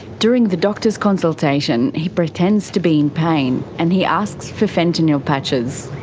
during the doctor's consultation, he pretends to be in pain and he asks for fentanyl patches.